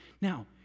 Now